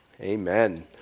Amen